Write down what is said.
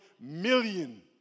million